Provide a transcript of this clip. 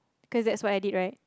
cause that's what I did right